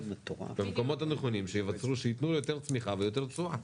במקומות הנכונים שיתנו יותר צמיחה ויותר תשואה.